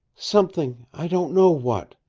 something i don't know what.